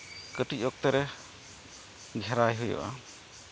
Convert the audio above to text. ᱠᱟᱹᱴᱤᱡ ᱚᱠᱛᱮ ᱨᱮ ᱜᱷᱮᱨᱟᱭ ᱦᱩᱭᱩᱜᱼᱟ